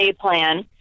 plan